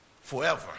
forever